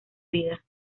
vida